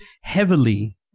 heavily